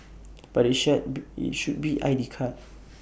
but IT shall be IT should be I D card